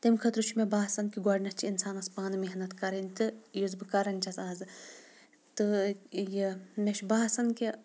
تَمہِ خٲطرٕ چھُ مےٚ باسان کہِ گۄڈٕنٮ۪تھ چھِ اِنسانَس پانہٕ محنت کَرٕنۍ تہٕ یُس بہٕ کَران چھٮ۪س اَزٕ تہٕ یہِ مےٚ چھُ باسان کہِ